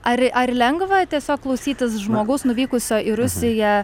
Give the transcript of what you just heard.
ar ar lengva tiesiog klausytis žmogaus nuvykusio į rusiją